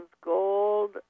Gold